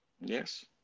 Yes